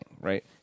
right